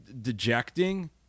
dejecting